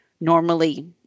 normally